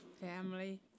Family